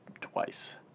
twice